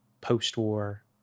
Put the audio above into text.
post-war